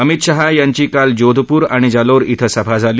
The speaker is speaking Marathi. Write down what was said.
अमित शहा यांची काल जोधपुर आणि जालोर इथं सभा झाली